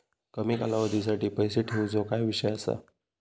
कमी कालावधीसाठी पैसे ठेऊचो काय विषय असा?